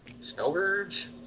snowbirds